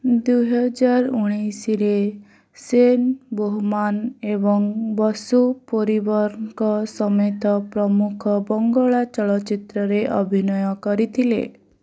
ଦୁଇହଜାର ଉଣେଇଶରେ ସେନ୍ ବୋହୋମାନ୍ ଏବଂ ବସୁ ପୋରିବରଙ୍କ ସମେତ ପ୍ରମୁଖ ବଙ୍ଗଳା ଚଳଚ୍ଚିତ୍ରରେ ଅଭିନୟ କରିଥିଲେ